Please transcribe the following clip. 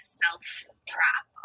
self-trap